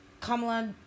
Kamala